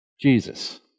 Jesus